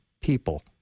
people